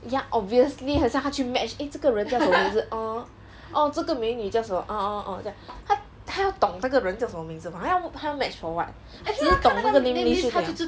ya obviously 很像他去 match eh 这个人叫什么哦哦这个美女叫做哦哦哦将他他要懂那个人叫什么名字 mah 他要 match for what 只要懂那个 name list 就可以 liao